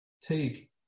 take